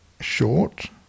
short